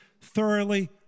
thoroughly